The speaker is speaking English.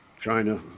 China